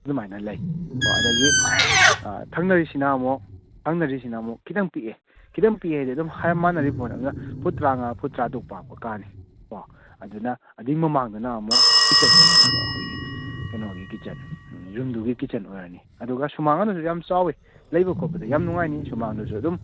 ꯑꯗꯨꯃꯥꯏꯅ ꯂꯩ ꯀꯣ ꯑꯗꯒꯤ ꯊꯪꯅꯔꯤꯁꯤꯅ ꯑꯃꯨꯛ ꯊꯪꯅꯔꯤꯁꯤꯅ ꯑꯃꯨꯛ ꯈꯤꯇꯪ ꯄꯤꯛꯏ ꯈꯤꯇꯪ ꯄꯤꯛꯏ ꯍꯥꯏꯗꯤ ꯍꯥꯏꯔꯞ ꯃꯥꯅꯔꯤ ꯄꯣꯠꯅꯤ ꯑꯗꯨꯅ ꯐꯨꯠ ꯇꯔꯥꯃꯉꯥ ꯐꯨꯠ ꯇꯔꯥꯇꯔꯨꯛ ꯄꯥꯛꯄ ꯀꯥꯅꯤ ꯀꯣ ꯑꯗꯨꯅ ꯑꯗꯨꯏ ꯃꯃꯥꯡꯗꯨꯅ ꯑꯃꯨꯛ ꯀꯤꯠꯆꯟ ꯂꯩꯒꯗꯕ ꯑꯩꯈꯣꯏꯒꯤ ꯀꯩꯅꯣꯒꯤ ꯀꯤꯠꯆꯟ ꯌꯨꯝꯗꯨꯒꯤ ꯀꯤꯠꯆꯟ ꯑꯣꯏꯔꯅꯤ ꯑꯗꯨꯒ ꯁꯨꯃꯥꯡ ꯑꯗꯨꯗꯤ ꯌꯥꯝ ꯆꯥꯎꯋꯤ ꯂꯩꯕ ꯈꯣꯠꯄꯗ ꯌꯥꯝ ꯅꯨꯡꯉꯥꯏꯅꯤ ꯁꯨꯃꯥꯡꯗꯨꯁꯨ ꯑꯗꯨꯝ